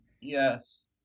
Yes